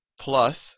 plus